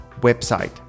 website